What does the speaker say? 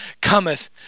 cometh